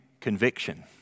conviction